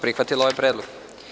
prihvatila ovaj predlog.